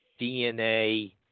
DNA